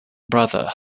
brother